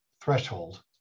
threshold